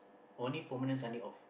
morning permanent Sunday off